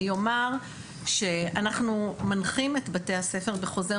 אני אומר שאנחנו מנחים את בתי הספר בחוזר